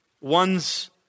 one's